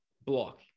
block